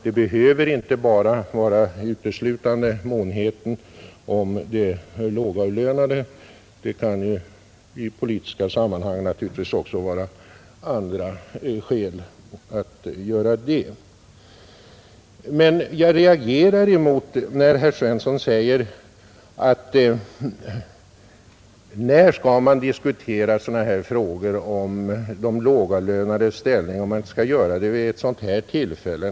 Det behöver inte vara uteslutande månheten om de lågavlönade. I politiska sammanhang kan det också finnas andra skäl för att göra det. Men jag reagerar då herr Svensson säger: När skall man diskutera frågor som rör de lågavlönades ställning, om inte vid ett sådant här tillfälle?